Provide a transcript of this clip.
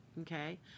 Okay